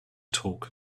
talk